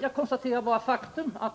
Jag konstaterar bara faktum att